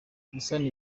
gusana